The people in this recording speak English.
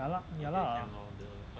ya lah ya lah